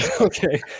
okay